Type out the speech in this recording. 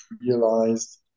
realized